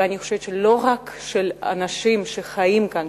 ואני חושבת שלא רק של אנשים שחיים כאן,